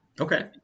Okay